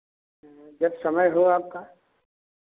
जब समय हो आपका